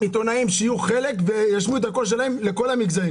עיתונאים שישמיעו את הקול שלהם לכל המגזרים,